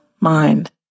mind